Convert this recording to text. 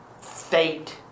fate